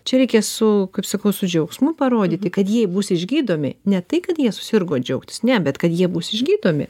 čia reikia su kaip sakau su džiaugsmu parodyti kad jie bus išgydomi ne tai kad jie susirgo džiaugtis ne bet kad jie bus išgydomi